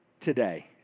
today